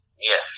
Yes